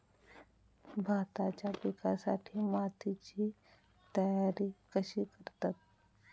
भाताच्या पिकासाठी मातीची तयारी कशी करतत?